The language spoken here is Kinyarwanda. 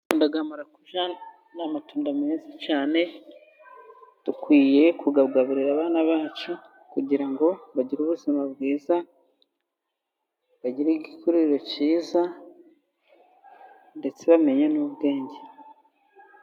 Amatunda ya marakuca, ni meza cyane. Dukwiye kuyagaburira abana bacu, kugira ngo bagire ubuzima bwiza, bagire igikuriro cyiza, ndetse bamenye n’ubwenge.